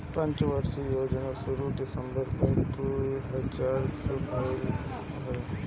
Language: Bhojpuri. पंचवर्षीय योजना कअ शुरुआत दिसंबर दू हज़ार में भइल रहे